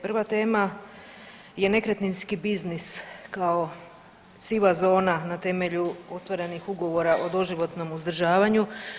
Prva tema je nekretninski biznis kao siva zona na temelju ostvarenih ugovora o doživotnom udržavanju.